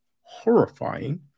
horrifying